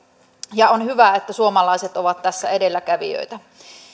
ja on hyvä että suomalaiset ovat tässä edelläkävijöitä